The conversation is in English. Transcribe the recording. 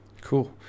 cool